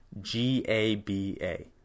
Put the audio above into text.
G-A-B-A